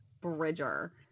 Bridger